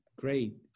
Great